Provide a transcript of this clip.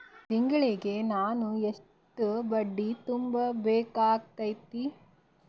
ತಿಂಗಳಿಗೆ ನಾನು ಎಷ್ಟ ಬಡ್ಡಿ ತುಂಬಾ ಬೇಕಾಗತೈತಿ?